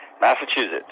Massachusetts